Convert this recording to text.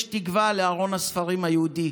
יש תקווה לארון הספרים היהודי.